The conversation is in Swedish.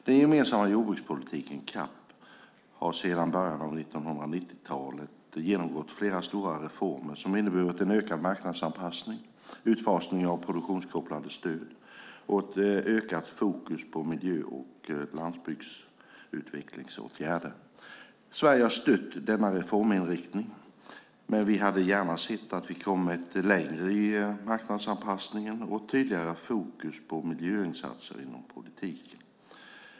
Den gemensamma jordbrukspolitiken, CAP, har sedan början av 1990-talet genomgått flera stora reformer som inneburit en ökad marknadsanpassning, utfasning av produktionskopplade stöd och ett ökat fokus på miljö och landsbygdsutvecklingsåtgärder. Sverige har stött denna reforminriktning, men vi hade gärna sett att vi kommit längre i marknadsanpassningen och tydligare fokus på miljöinsatser inom politiken.